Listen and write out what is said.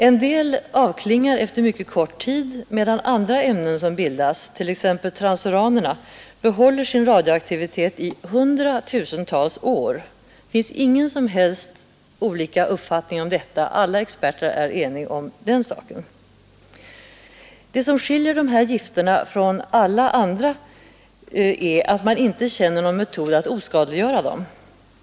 En del avklingar efter mycket kort tid, medan andra ämnen som bildas, t.ex. transuranerna, behåller sin radioaktivitet i hundratusentals år. Det råder inga delade meningar om detta. Alla experter är eniga om den saken. Det som skiljer dessa gifter från alla andra är att man inte känner någon metod att oskadliggöra dem.